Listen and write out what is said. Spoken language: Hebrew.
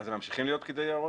הם ממשיכים להיות שם פקידי יערות?